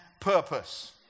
purpose